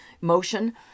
motion